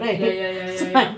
ya ya ya ya ya